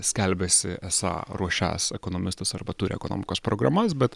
skelbiasi esą ruošiąs ekonomistus arba turi ekonomikos programas bet